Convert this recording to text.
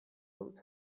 dut